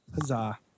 Huzzah